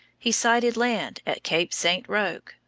he sighted land at cape st. roque,